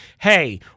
hey